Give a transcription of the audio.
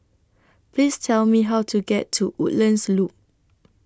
Please Tell Me How to get to Woodlands Loop